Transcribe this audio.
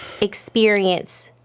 experience